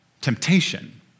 temptation